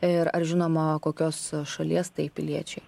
ir ar žinoma kokios šalies tai piliečiai